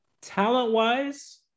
Talent-wise